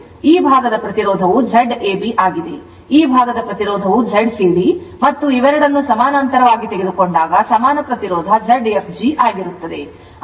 ಆದ್ದರಿಂದ ಈ ಭಾಗದ ಪ್ರತಿರೋಧವು Zab ಆಗಿದೆ ಈ ಭಾಗದ ಪ್ರತಿರೋಧವು Zcd ಮತ್ತು ಇವೆರಡನ್ನು ಸಮಾನಾಂತರವಾಗಿ ತೆಗೆದುಕೊಂಡಾಗ ಸಮಾನ ಪ್ರತಿರೋಧ Zfg ಆಗಿರುತ್ತದೆ